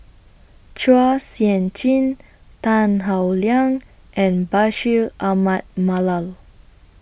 Chua Sian Chin Tan Howe Liang and Bashir Ahmad Mallal